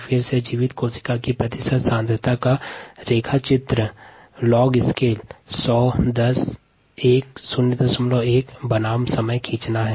पुनः हम जीवित कोशिका की प्रतिशत सांद्रता का ग्राफ लॉग स्केल 100 10 1 01 बनाम समय के अनुसार खींचते हैं